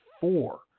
four